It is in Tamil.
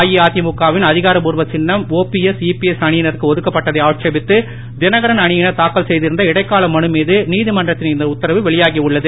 அஇஅதிமுக வின் அதிகாரப்பூர்வ சின்னம் ஒபிஎஸ் இபிஎஸ் அணியினருக்கு ஒதுக்கப்பட்டதை ஆட்சேபித்து செய்திருந்த இடைக்கால மனு மீது நீதிமன்றத்தின் இந்த உத்தரவு வெளியாகி உள்ளது